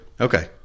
Okay